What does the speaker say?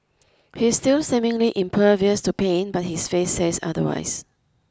he's still seemingly impervious to pain but his face says otherwise